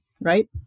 right